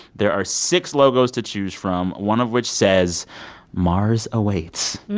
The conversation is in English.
there are six logos to choose from, one of which says mars awaits.